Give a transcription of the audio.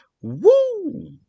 Woo